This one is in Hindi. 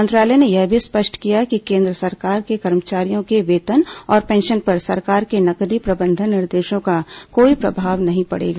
मंत्रालय ने यह भी स्पष्ट किया है कि केंद्र सरकार के कर्मचारियों के वेतन और पेंशन पर सरकार के नकदी प्रबंधन निर्देशों का कोई प्रभाव नहीं पड़ेगा